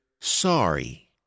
sorry